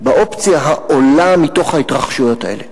באופציה העולה מתוך ההתרחשויות האלה.